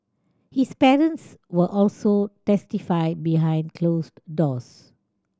his parents will also testify behind closed doors